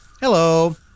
Hello